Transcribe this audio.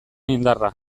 indarra